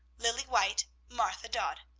lilly white, martha dodd,